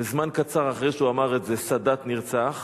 וזמן קצר אחרי שהוא אמר את זה סאדאת נרצח.